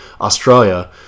australia